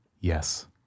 Yes